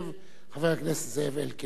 חבר הכנסת זאב אלקין, בבקשה.